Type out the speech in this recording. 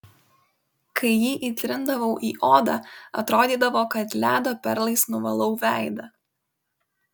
kai jį įtrindavau į odą atrodydavo kad ledo perlais nuvalau veidą